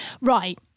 Right